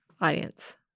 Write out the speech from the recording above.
audience